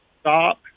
Stop